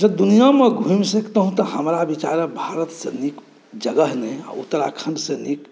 जँ दुनिआँमे घुमि सकितहुँ तऽ हमरा विचारे भारतसॅं नीक जगह नहि आ उत्तराखंडसॅं नीक